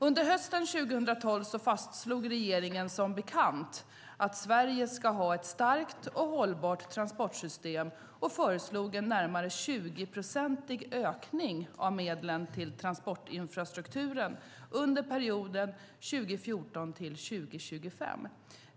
Under hösten 2012 fastslog regeringen som bekant att Sverige ska ha ett starkt och hållbart transportsystem och föreslog en närmare 20-procentig ökning av medlen till transportinfrastrukturen under perioden 2014-2025.